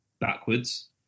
backwards